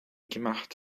gemacht